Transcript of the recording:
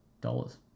dollars